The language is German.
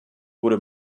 wurde